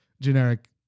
Generic